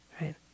right